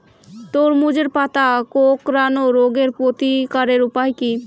তরমুজের পাতা কোঁকড়ানো রোগের প্রতিকারের উপায় কী?